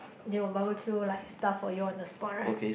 they will barbeque like stuff for you on the spot right